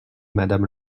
madame